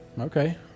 Okay